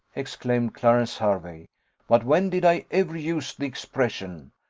exclaimed clarence hervey but when did i ever use the expression?